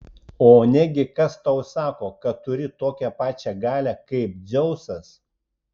o negi kas tau sako kad turi tokią pačią galią kaip dzeusas